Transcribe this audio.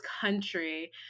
country